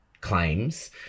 claims